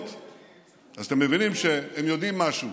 אז אתם מבינים שהם יודעים משהו.